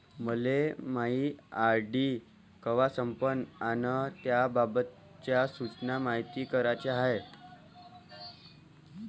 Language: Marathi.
मले मायी आर.डी कवा संपन अन त्याबाबतच्या सूचना मायती कराच्या हाय